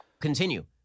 Continue